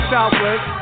Southwest